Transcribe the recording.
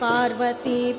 Parvati